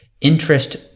interest